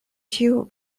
ĉiu